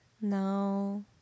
no